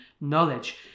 knowledge